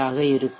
ஆக இருக்கும்